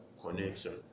connection